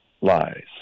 lies